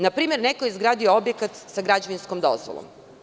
Na primer, neko je izgradio objekat sa građevinskom dozvolom.